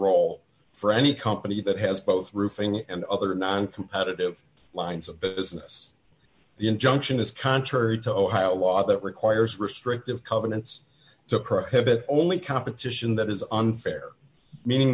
role for any company that has both roofing and other non competitive lines of business the injunction is contrary to ohio law that requires restrictive covenants to prohibit only competition that is unfair meaning